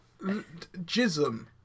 Jism